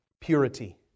purity